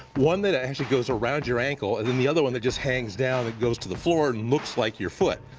one that actually goes around your ankle and then the other one that just hangs down that goes to the floor and looks like your foot.